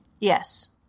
Yes